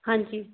ਹਾਂਜੀ